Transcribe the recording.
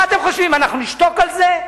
מה אתם חושבים, שאנחנו נשתוק על זה?